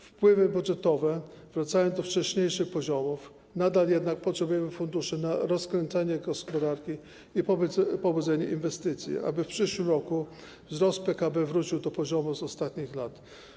Wpływy budżetowe wracają do wcześniejszych poziomów, nadal jednak potrzebujemy funduszy na rozkręcenie gospodarki i pobudzenie inwestycji, aby w przyszłym roku wzrost PKB wrócił do poziomu z ostatnich lat.